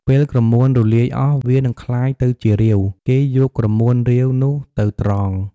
ពេលក្រមួនរលាយអស់ វានឹងក្លាយទៅជារាវ គេយកក្រមួនរាវនោះទៅត្រង។